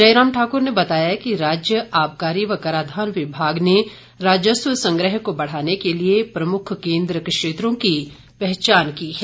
जयराम ठाकुर ने बताया कि राज्य आबकारी व काराधान विभाग ने राजस्व संग्रह को बढ़ाने के लिए प्रमुख केंद्र क्षेत्रों की पहचान की है